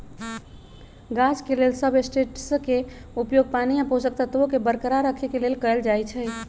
गाछ के लेल सबस्ट्रेट्सके उपयोग पानी आ पोषक तत्वोंके बरकरार रखेके लेल कएल जाइ छइ